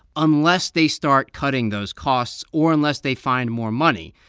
unless they start cutting those costs or unless they find more money.